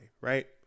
right